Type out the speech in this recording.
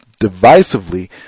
divisively